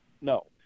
No